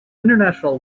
international